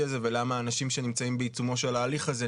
הזה ולמה אנשים שנמצאים בעיצומו של ההליך הזה,